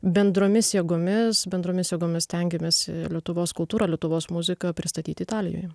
bendromis jėgomis bendromis jėgomis stengiamės lietuvos kultūrą lietuvos muziką pristatyti italijoj